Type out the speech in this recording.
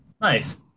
Nice